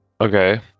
Okay